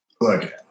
look